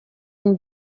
une